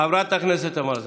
חברת הכנסת תמר זנדברג.